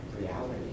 reality